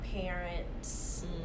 parents